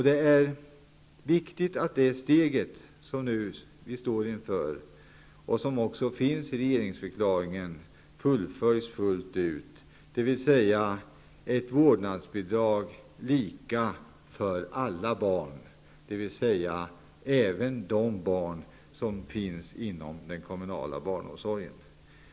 Det är viktigt att de steg som vi står inför -- och som också finns med i regeringsförklaringen -- fullföljs. Det gäller ett vårdnadsbidrag lika för alla barn, dvs. även för de barn som finns inom den kommunala barnomsorgen.